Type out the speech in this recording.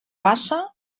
bassa